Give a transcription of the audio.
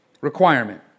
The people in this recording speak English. requirement